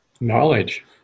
knowledge